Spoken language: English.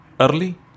early